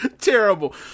Terrible